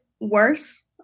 worse